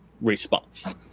response